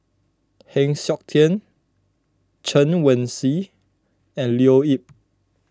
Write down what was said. Heng Siok Tian Chen Wen Hsi and Leo Yip